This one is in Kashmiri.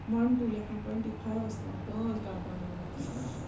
وَن ٹوٗ لٮ۪کھان ٹۄنٛٹی فایوَس تام پانٛژھ ڈَبہٕ بَناوان